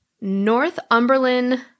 Northumberland